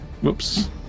Whoops